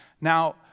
Now